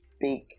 big